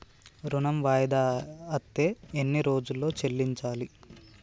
ఋణం వాయిదా అత్తే ఎన్ని రోజుల్లో చెల్లించాలి?